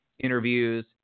Interviews